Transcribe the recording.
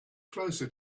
closer